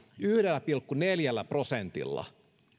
yhdellä pilkku neljällä prosentilla